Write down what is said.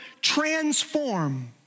transform